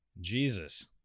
Jesus